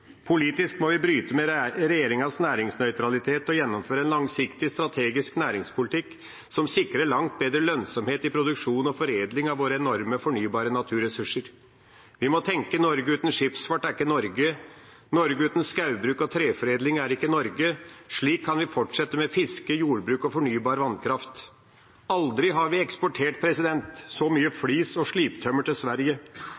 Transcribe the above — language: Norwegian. Politisk må vi bryte med regjeringas næringsnøytralitet og gjennomføre en langsiktig strategisk næringspolitikk som sikrer langt bedre lønnsomhet i produksjon og foredling av våre enorme fornybare naturressurser. Vi må tenke at et Norge uten skipsfart er ikke Norge, og at et Norge uten skogbruk og treforedling er ikke Norge. Slik kan vi fortsette med fiske, jordbruk og fornybar vannkraft. Aldri har vi eksportert så mye